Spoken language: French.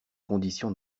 conditions